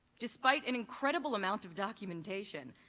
despite an incredible amount of documentation,